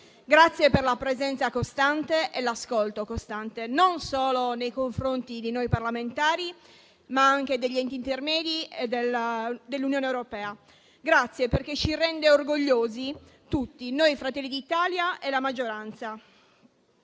grazie per la presenza e l'ascolto costanti, non solo nei confronti di noi parlamentari, ma anche degli enti intermedi e dell'Unione europea. Grazie perché ci rende orgogliosi tutti, noi del Gruppo Fratelli d'Italia e la maggioranza.